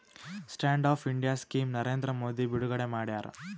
stand up India scheme Narendra Modi ಬಿಡುಗಡೆ ಮಾಡ್ಯಾರ